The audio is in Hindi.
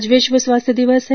आज विश्व स्वास्थ्य दिवस है